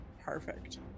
Perfect